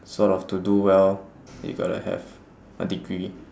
sort of to do well you gotta have a degree